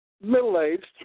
middle-aged